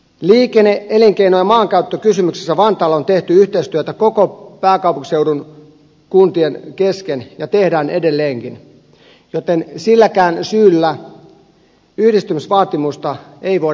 liikenne elinkeino ja maankäyttökysymyksissä vantaalla on tehty yhteistyötä kaikkien pääkaupunkiseudun kuntien kanssa ja tehdään edelleenkin joten silläkään syyllä yhdistymisvaatimusta ei voida perustella